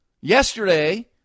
Yesterday